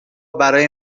برای